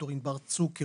ד"ר ענבר צוקר,